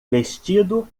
vestido